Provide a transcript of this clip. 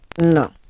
No